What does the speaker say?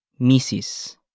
Mrs